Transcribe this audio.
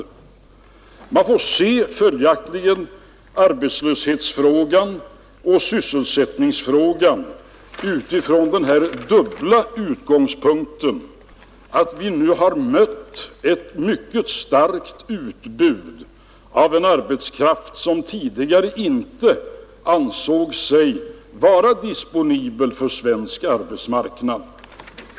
Man får följaktligen se arbetslöshetsfrågan och sysselsättningsfrågan från denna dubbla utgångspunkt. Vi har nu mött ett mycket starkt utbud av en arbetskraft som tidigare inte ansåg sig vara disponibel för svensk arbetsmarknad.